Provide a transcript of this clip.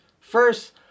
First